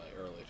early